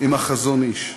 עם החזון-אי"ש.